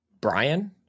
brian